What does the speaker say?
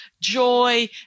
joy